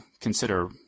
consider